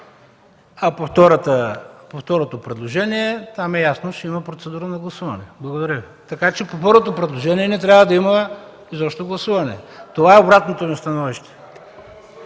По второто предложение – там е ясно, че ще има процедура на гласуване. Така че по първото предложение не трябва да има изобщо гласуване. Това е обратното ми становище.